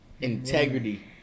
Integrity